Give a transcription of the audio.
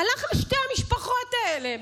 הלך לשתי המשפחות האלה,